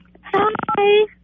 Hi